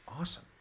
Awesome